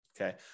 okay